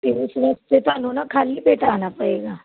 ਅਤੇ ਸੁਵਖਤੇ ਤੁਹਾਨੂੰ ਨਾ ਖਾਲੀ ਪੇਟ ਆਉਣਾ ਪਵੇਗਾ